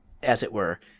as it were,